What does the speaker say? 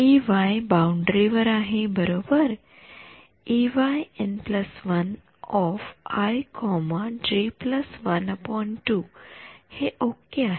Ey boundary वर आहे बरोबर त्यामुळे हे ओके आहे